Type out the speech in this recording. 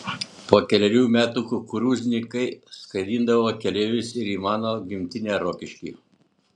po kelerių metų kukurūznikai skraidindavo keleivius ir į mano gimtinę rokiškį